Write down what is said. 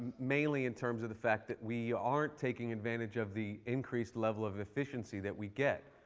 mainly in terms of the fact that we aren't taking advantage of the increased level of efficiency that we get.